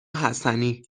حسنی